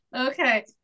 Okay